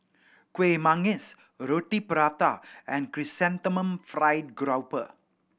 Kueh Manggis Roti Prata and Chrysanthemum Fried Grouper